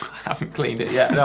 haven't cleaned it yet. no,